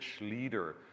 leader